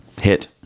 hit